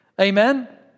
Amen